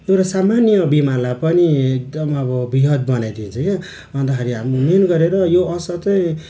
एउटा सामान्य बिमारलाई पनि एकदम अब वृहत् बनाइदिन्छ क्या अन्तखेरि हामी मेन गरेर यो असर चाहिँ